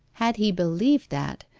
had he believed that,